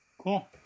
Cool